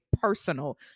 personal